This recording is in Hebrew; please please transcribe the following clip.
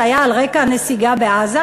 וזה היה על רקע הנסיגה בעזה,